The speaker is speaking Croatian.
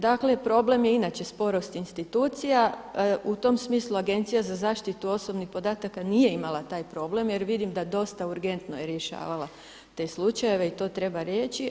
Dakle problem je inače sporost institucija, u tom smislu Agencija za zaštitu osobnih podataka nije imala taj probleme jer vidim da dosta urgentno je rješavala te slučajeve i to treba reći.